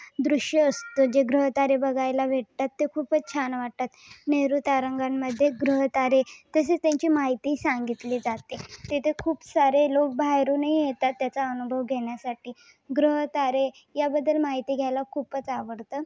दृश्य असते जे ग्रहतारे बघायला भेटतात ते खूपच छान वाटतात नेहरू तारांगणमध्ये ग्रहतारे तसेच त्यांची माहिती सांगितली जाते तिथे खूप सारे लोक बाहेरूनही येतात त्याचा अनुभव घेण्यासाठी ग्रहतारे याबद्दल माहिती घ्यायला खूपच आवडतं